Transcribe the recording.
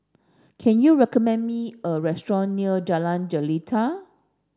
can you recommend me a restaurant near Jalan Jelita